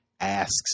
asks